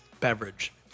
beverage